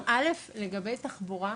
א' לגבי תחבורה,